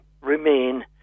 remain